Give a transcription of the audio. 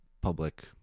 public